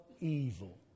evil